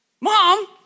Mom